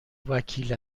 وکیل